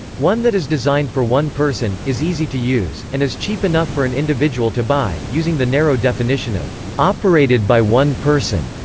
one that is designed for one person, is easy to use, and is cheap enough for an individual to buy using the narrow definition of operated by one person,